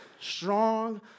strong